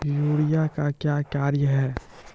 Urea का क्या कार्य हैं?